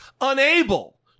unable